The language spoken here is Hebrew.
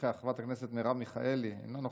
חברת הכנסת מרב מיכאלי, אינה נוכחת,